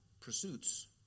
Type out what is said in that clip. pursuits